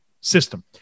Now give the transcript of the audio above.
system